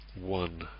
one